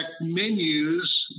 menus